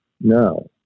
no